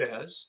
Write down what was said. says